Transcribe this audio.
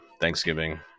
Thanksgiving